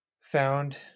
found